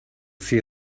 see